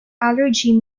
allergy